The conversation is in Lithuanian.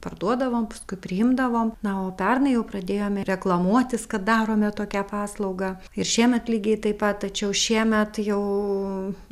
parduodavom paskui priimdavom na o pernai jau pradėjome reklamuotis kad darome tokią paslaugą ir šiemet lygiai taip pat tačiau šiemet jau